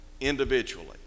individually